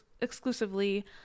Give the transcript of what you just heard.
exclusively